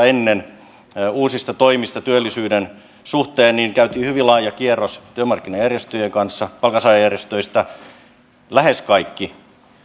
ennen vuodenvaihdetta uusista toimista työllisyyden suhteen käytiin hyvin laaja kierros työmarkkinajärjestöjen kanssa palkansaajajärjestöistä lähes kaikki